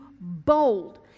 bold